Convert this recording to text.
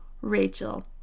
Rachel